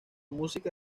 música